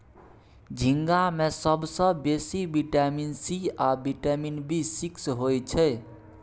झींगा मे सबसँ बेसी बिटामिन सी आ बिटामिन बी सिक्स होइ छै